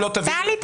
טלי,